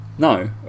No